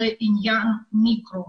אלא לעניין מיקרו.